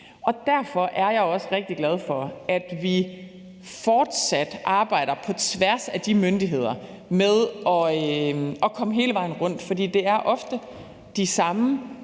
Derfor er jeg også rigtig glad for, at vi fortsat arbejder på tværs af de myndigheder med at komme hele vejen rundt. For det er ofte de samme